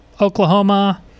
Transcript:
Oklahoma